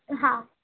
હા